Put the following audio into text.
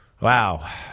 Wow